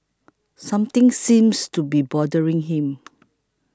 something seems to be bothering him